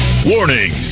Warning